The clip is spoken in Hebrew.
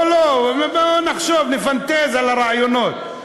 לא, לא, בוא נחשוב, נפנטז על הרעיונות.